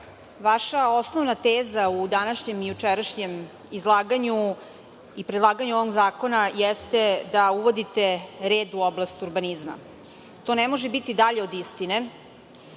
vaša osnovna teza u današnjem i jučerašnjem izlaganju i predlaganju ovog zakona jeste da uvodite red u oblast urbanizma. To ne može biti dalje od istine